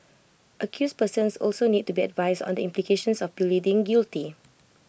accused persons also need to be advised on the implications of pleading guilty